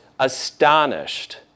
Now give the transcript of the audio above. astonished